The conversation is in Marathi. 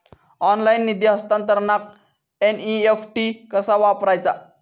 ऑनलाइन निधी हस्तांतरणाक एन.ई.एफ.टी कसा वापरायचा?